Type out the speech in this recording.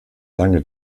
lange